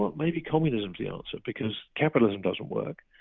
but maybe communism is the answer, because capitalism doesn't work.